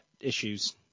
issues